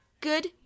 good